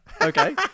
Okay